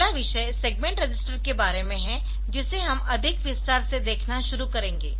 अगला विषय segment register के बारे में है जिसे हम अधिक विस्तार से देखना शुरू करेंगे